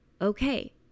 Okay